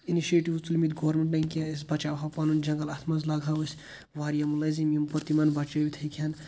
initiatives تُلۍمٕتۍ گورمٮ۪نٛٹَن کیٚنٛہہ أسۍ بچاو ہَو پَنُن جَنٛگَل اَتھ منٛز لاگہاو أسۍ واریاہ مُلٲزِم یِم پتہٕ یِمن بچٲوِتھ ہیکہِ ہَن